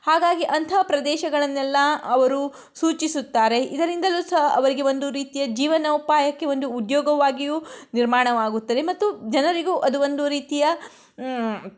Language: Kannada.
ಹಾಗಾಗಿ ಅಂತಹ ಪ್ರದೇಶಗಳನ್ನೆಲ್ಲ ಅವರು ಸೂಚಿಸುತ್ತಾರೆ ಇದರಿಂದಲೂ ಸಹ ಅವರಿಗೆ ಒಂದು ರೀತಿಯ ಜೀವನೋಪಾಯಕ್ಕೆ ಒಂದು ಉದ್ಯೋಗವಾಗಿಯೂ ನಿರ್ಮಾಣವಾಗುತ್ತದೆ ಮತ್ತು ಜನರಿಗೂ ಅದು ಒಂದು ರೀತಿಯ